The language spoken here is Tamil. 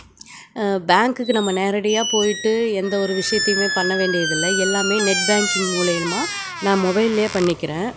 பேங்குக்கு நம்ம நேரடியாக போயிவிட்டு எந்த ஒரு விஷயத்தையுமே பண்ண வேண்டியதில்லை எல்லாமே நெட் பேங்கிங் மூலியமா நான் மொபைல்லையே பண்ணிக்கிறேன்